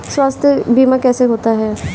स्वास्थ्य बीमा कैसे होता है?